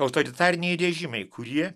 autoritariniai režimai kurie